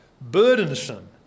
Burdensome